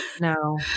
No